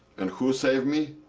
and who saved me?